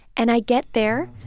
and i get there.